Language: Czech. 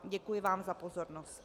Děkuji vám za pozornost.